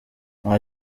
nta